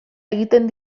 egiten